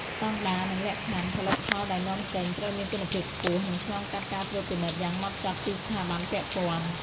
ស្តង់ដារ និងលក្ខខណ្ឌ ផលិតផលដែលនាំចេញត្រូវមានគុណភាពខ្ពស់ និងឆ្លងកាត់ការត្រួតពិនិត្យយ៉ាងហ្មត់ចត់ពីស្ថាប័នពាក់ព័ន្ធ។